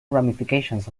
ramifications